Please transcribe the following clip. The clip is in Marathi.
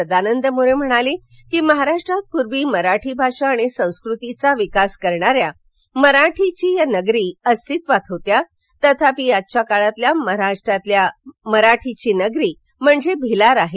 सदानंद मोरे म्हणाले की महाराष्ट्रात पूर्वी मराठी भाषा आणि संस्कृतीचा विकास साधणाऱ्या मराठीचिये नगरी अस्तित्वात होत्या तथापि आजच्या काळातील महाराष्ट्रातील मराठीची नगरी म्हणजे भिलार आहे